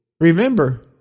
remember